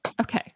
Okay